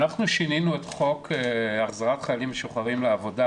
אנחנו שינינו את חוק החזרת חיילים משוחררים לעבודה